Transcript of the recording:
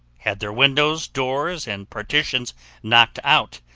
had their windows, doors, and partitions knocked out,